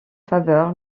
faveur